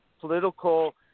political